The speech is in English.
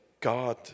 God